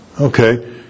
Okay